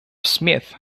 smith